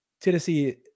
Tennessee